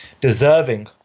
deserving